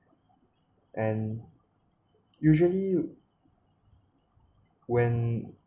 and usually when